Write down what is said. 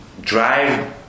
drive